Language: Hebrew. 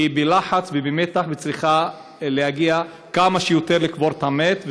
היא בלחץ ובמתח וצריכה להגיע כמה שיותר מהר לקבור את המת,